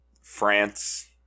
France